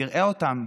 יראה אותם.